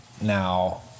Now